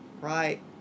Right